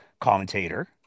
commentator